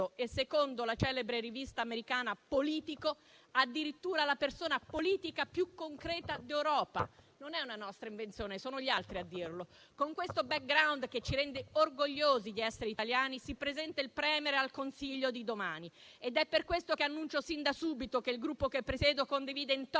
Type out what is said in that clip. e secondo la celebre rivista americana «Politico» addirittura la persona politica più concreta d'Europa. Non è una nostra invenzione, sono gli altri a dirlo. Con questo *background*, che ci rende orgogliosi di essere italiani, il *Premier* si presenta al Consiglio di domani. È per questo che annuncio sin da subito che il Gruppo che presiedo condivide *in toto*